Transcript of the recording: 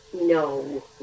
no